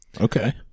Okay